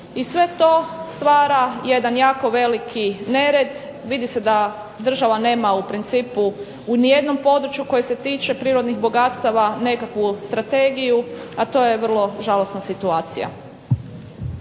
i sve to stvara jedan jako veliki nered, vidi se da država nema ni u jednom području koje se tiče prirodnih bogatstava nekakvu strategiju a to je vrlo žalosna situacija.